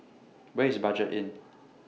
Where IS Budget Inn